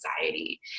anxiety